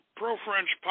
pro-French